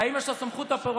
האם יש לו סמכות אופרטיבית?